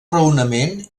raonament